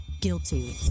guilty